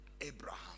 Abraham